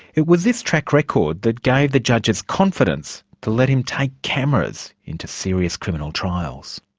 it was this track record that gave the judges confidence to let him take cameras into serious criminal trials.